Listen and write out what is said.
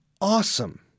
awesome